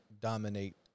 dominate